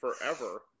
forever